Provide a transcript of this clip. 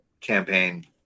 campaign